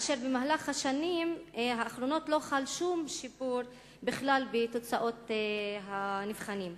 ובמהלך השנים האחרונות לא חל שום שיפור בתוצאות הנבחנים.